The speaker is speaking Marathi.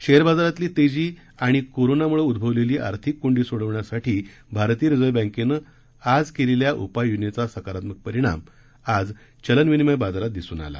शेअर बाजारातली तेजी आणि कोरोनाम्ळे उद्भवलेली आर्थिक कोंडी सोडवण्यासाठी भारतीय रिझर्व्ह बँकेनं आज केलेल्या उपाययोजनेचा सकारात्मक परिणाम आज चलन विनिमय बाजारात दिसून आला